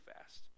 fast